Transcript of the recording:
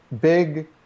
Big